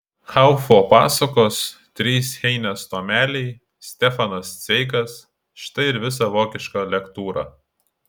haufo pasakos trys heinės tomeliai stefanas cveigas štai ir visa vokiška lektūra